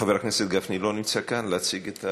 חבר הכנסת גפני לא נמצא כאן להציג?